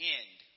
end